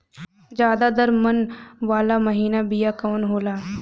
ज्यादा दर मन वाला महीन बिया कवन होला?